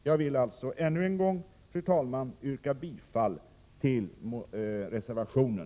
Jag vill än en gång, fru talman, yrka bifall till reservationen.